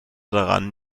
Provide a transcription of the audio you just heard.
daran